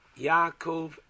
Yaakov